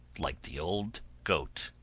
like the old goat.